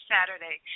Saturday